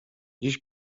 dziś